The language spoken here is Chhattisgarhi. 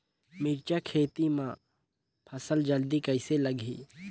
मिरचा खेती मां फल जल्दी कइसे लगही?